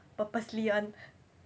purposely [one]